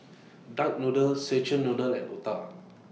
Duck Noodle Szechuan Noodle and Otah